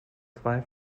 zwei